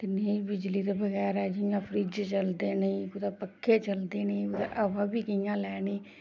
के नेईं बिजली दे बगैरा जियां फ्रिज चलदे नेईं कुदै पक्खे चलदे नेईं कुदै हवा बी कियां लैनी